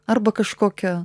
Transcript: arba kažkokia